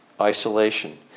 isolation